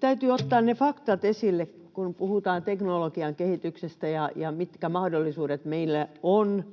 täytyy ottaa ne faktat esille, kun puhutaan teknologian kehityksestä ja siitä, mitkä mahdollisuudet meillä on